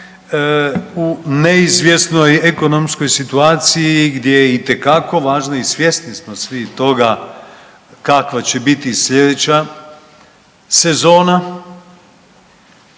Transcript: u neizvjesnoj ekonomskoj situaciji gdje je itekako važno i svjesni smo svi toga kakva će biti sljedeća sezona,